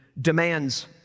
demands